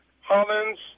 Hollins